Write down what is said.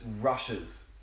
rushes